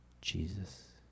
Jesus